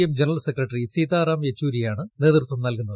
M general secretary Sitaram യെച്ചൂരിയാണ് നേതൃത്വം നൽകുന്നത്